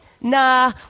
Nah